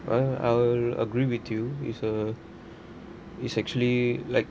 I'll I'll agree with you is a is actually like